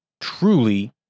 truly